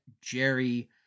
Jerry